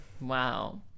Wow